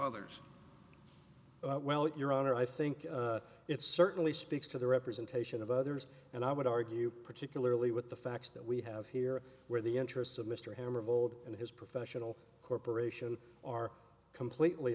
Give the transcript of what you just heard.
others well your honor i think it certainly speaks to the representation of others and i would argue particularly with the facts that we have here where the interests of mr hammer vold and his professional corporation are completely